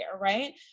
right